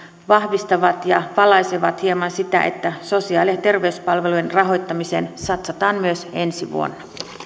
vahvistavat ja valaisevat hieman sitä että sosiaali ja terveyspalvelujen rahoittamiseen satsataan myös ensi vuonna